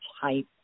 type